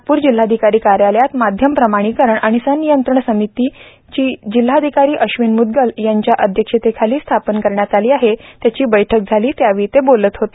नागपूर जिल्हाधिकारी कार्यालयात माध्यम प्रमाणीकरण आणि संनियंत्रण समिती आज जिल्हाधिकारी अश्विन मुदगल यांच्या अध्यक्षतेखाली स्थापन करण्यात आली त्यावेळी ते बोलत होते